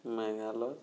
Meghalaya